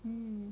mm